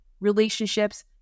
relationships